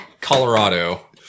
Colorado